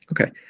Okay